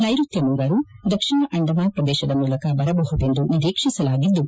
ನೈಋತ್ತ ಮುಂಗಾರು ದಕ್ಷಿಣ ಅಂಡಮಾನ್ ಪ್ರದೇಶದ ಮೂಲಕ ಬರಬಹುದೆಂದು ನಿರೀಕ್ಷಿಸಲಾಗಿದ್ದು